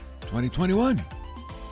2021